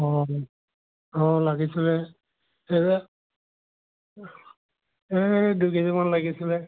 অ অ লাগিছিলে সেইয়া এই দুই কেজিমান লাগিছিলে